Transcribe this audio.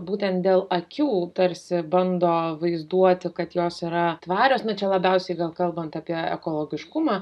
būtent dėl akių tarsi bando vaizduoti kad jos yra tvarios nu čia labiausiai kalbant apie ekologiškumą